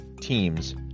teams